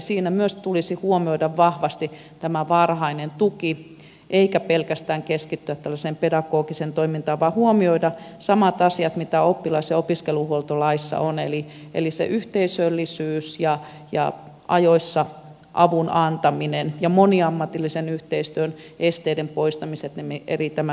siinä myös tulisi huomioida vahvasti tämä varhainen tuki eikä pelkästään keskittyä tällaiseen pedagogiseen toimintaan vaan huomioida samat asiat mitä oppilas ja opiskeluhuoltolaissa on eli se yhteisöllisyys ja ajoissa avun antaminen ja moni ammatillisen yhteistyön esteiden poistamiset eli tämä tiedonkulku